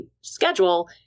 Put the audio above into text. schedule